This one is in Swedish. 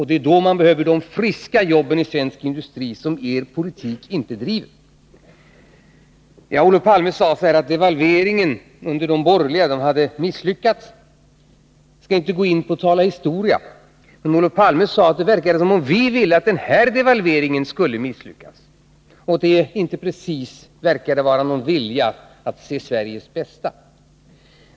Det är då man behöver de friska jobben i svensk industri — något som ni i er politik inte driver. Olof Palme sade förut att devalveringen under de borgerliga åren hade misslyckats. Jag skall inte ge mig in på att tala historia. Men Olof Palme sade att det verkade som om vi ville att den här devalveringen skulle misslyckas och att det inte precis verkade finnas någon vilja att se till Sveriges bästa.